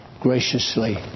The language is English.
graciously